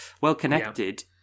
Well-Connected